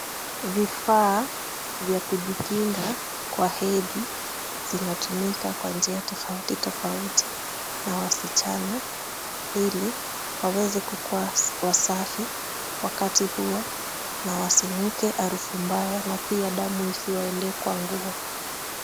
Vifaa vya kujikinga kwa hedhi. Zinatumika kwa njia tofauti tofauti na wasichana, ili waweze kukua wasafi wakati huo na wasinuke harufu mbaya na pia damu isiwaendee kwa nguo.